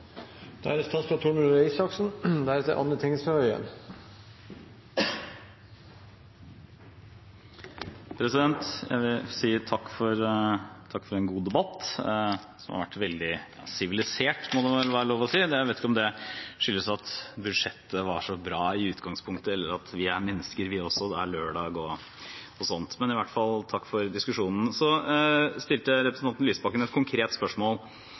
da er det veldig alvorlig. Det er min politiske hverdag. Det er min hodepine, og det er mange andres hodepine ute i distriktene. Jeg vet hva medisinen for den hodepinen er – det er mer overføringer til ungdommene våre, til ungene våre og til utdanning. Jeg vil si takk for en god debatt, som har vært veldig sivilisert, må det vel være lov å si. Jeg vet ikke om det skyldes at budsjettet var så bra i utgangspunktet eller at vi er mennesker